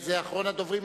הוא אחרון הדוברים,